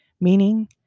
Meaning